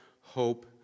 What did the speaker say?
hope